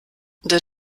der